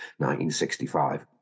1965